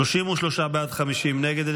33 בעד, 50 נגד.